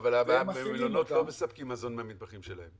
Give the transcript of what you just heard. אבל בבתי המלון לא מספקים מזון מהמטבחים שלהם.